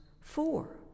four